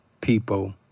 people